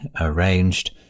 arranged